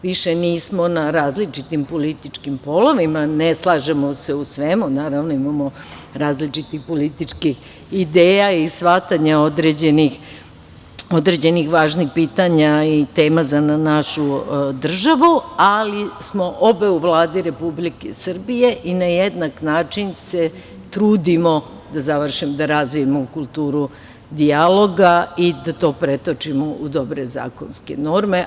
Više nismo na različitim političkim polovima, ne slažemo se u svemu, naravno, imamo različitih političkih ideja i shvatanja određenih važnih pitanja i tema za našu državu, ali smo obe u Vladi Republike Srbije i na jednak način se trudimo da razvijemo kulturu dijaloga i da to pretočimo u dobre zakonske norme.